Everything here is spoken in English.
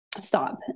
stop